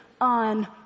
on